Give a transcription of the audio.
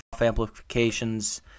amplifications